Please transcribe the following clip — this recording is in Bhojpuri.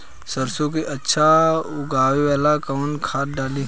सरसो के अच्छा उगावेला कवन खाद्य डाली?